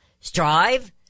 Strive